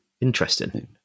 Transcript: Interesting